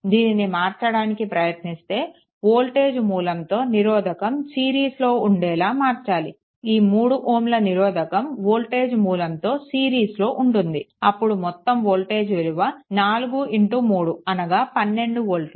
దానిని మార్చడానికి ప్రయత్నిస్తే వోల్టేజ్ మూలంతో నిరోధకం సిరీస్లో ఉండేలా మార్చాలి ఈ 3 Ω నిరోధకంవోల్టేజ్ మూలంతో సిరీస్లో ఉంటుంది అప్పుడు మొత్తం వోల్టేజ్ విలువ 4 3 అనగా 12 వోల్ట్లు